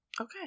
Okay